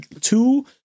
two